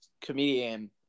comedian